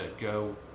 go